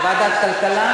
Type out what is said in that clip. ועדת כלכלה?